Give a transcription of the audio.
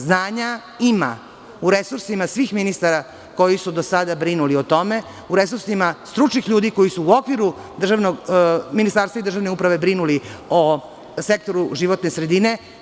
Znanja ima u resursima svih ministara koji su do sada brinuli o tome, u resursima stručnih ljudi koji su u okviru ministarstva i državne uprave brinuli o sektoru životne sredine.